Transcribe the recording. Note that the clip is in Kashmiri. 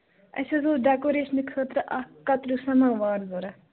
اَسہِ حظ اوس ڈٮ۪کوریشنہٕ خٲطرٕ اکھ کَتریو سَماوار ضروٗرت